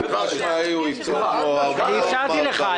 אישרתי לך.